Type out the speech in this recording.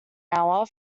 hour